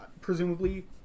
presumably